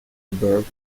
birth